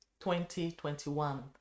2021